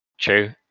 True